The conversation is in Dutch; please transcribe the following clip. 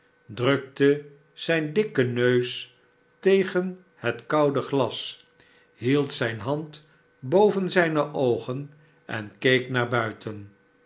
te zijn dikken neus tegen bet koude glas hield zijn hand boven zijne oogen en keek nfar buiten